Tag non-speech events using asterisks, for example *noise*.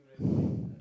*breath*